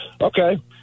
Okay